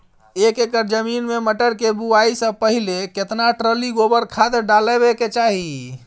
एक एकर जमीन में मटर के बुआई स पहिले केतना ट्रॉली गोबर खाद डालबै के चाही?